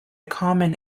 common